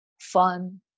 fun